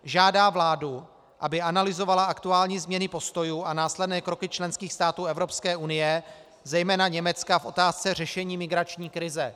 Žádá vládu, aby analyzovala aktuální změny postojů a následné kroky členských států Evropské unie, zejména Německa, v otázce řešení migrační krize.